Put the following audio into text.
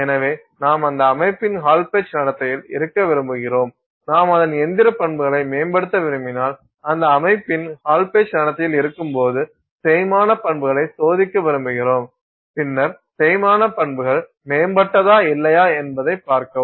எனவே நாம் அந்த அமைப்பின் ஹால் பெட்ச் நடத்தையில் இருக்க விரும்புகிறோம் நாம் அதன் இயந்திர பண்புகளை மேம்படுத்த விரும்பினால் அந்த அமைப்பின் ஹால் பெட்ச் நடத்தையில் இருக்கும்போது தேய்மான பண்புகளை சோதிக்க விரும்புகிறோம் பின்னர் தேய்மான பண்புகள் மேம்பட்டதா இல்லையா என்பதைப் பார்க்கவும்